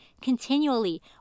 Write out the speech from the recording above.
continually